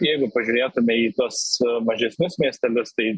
jeigu pažiūrėtume į tas mažesnius miestelius tai